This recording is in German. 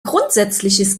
grundsätzliches